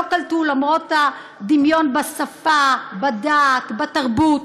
לא קלטו, למרות הדמיון בשפה, בדת, בתרבות.